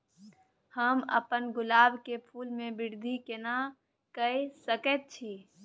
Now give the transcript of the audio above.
हम अपन गुलाब के फूल के वृद्धि केना करिये सकेत छी?